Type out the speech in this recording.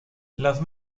las